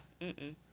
Mm-mm